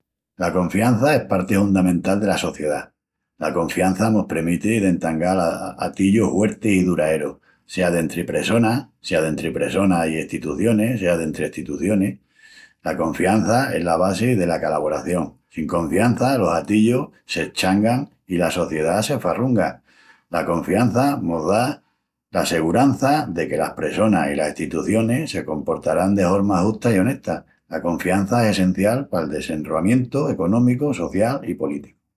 La confiança es parti hundamental dela sociedá. La confiança mos premiti d'entangal atillus huertis i duraerus, sea dentri pressonas, sea dentri pressonas i estitucionis, sea dentri estitucionis. La confiança es la basi dela calavoración. Sin confiança, los atillus s'eschangan i la sociedá se farrunga. La confiança mos dala segurança de que las pressonas i las estitucionis se comportarán de horma justa i onesta. La confiança es sencial pal desenroamientu económicu, social i políticu.